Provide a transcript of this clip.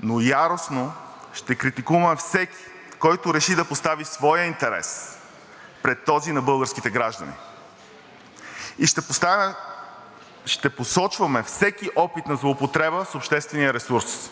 но яростно ще критикуваме всеки, който реши да постави своя интерес пред този на българските граждани, и ще посочваме всеки опит за злоупотреба с обществения ресурс.